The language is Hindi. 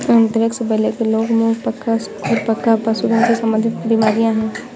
एंथ्रेक्स, ब्लैकलेग, मुंह पका, खुर पका पशुधन से संबंधित बीमारियां हैं